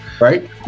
right